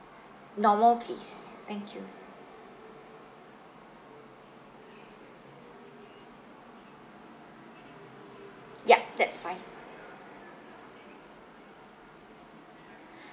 normal please thank you yup that's fine